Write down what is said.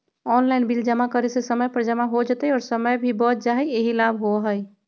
Online bill जमा करे से समय पर जमा हो जतई और समय भी बच जाहई यही लाभ होहई?